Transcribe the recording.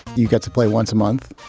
you get to play once a month.